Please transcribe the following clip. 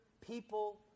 people